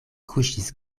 kuŝis